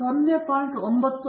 05 ಇದು 0